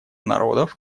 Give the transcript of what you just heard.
народов